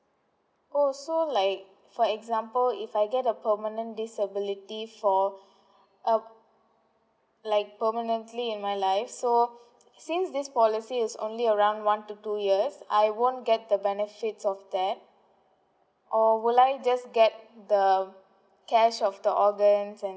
oh so like for example if I get a permanent disability for uh like permanently in my life so since this policy is only around one to two years I won't get the benefits of that or will I just get the cash of the order and